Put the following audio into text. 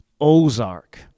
ozark